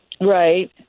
Right